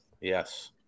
Yes